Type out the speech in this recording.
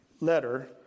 letter